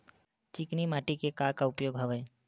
चिकनी माटी के का का उपयोग हवय?